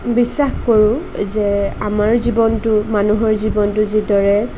বিশ্বাস কৰোঁ যে আমাৰ জীৱনটো মানুহৰ জীৱনটো যিদৰে